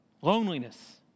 loneliness